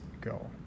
go